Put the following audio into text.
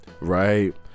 Right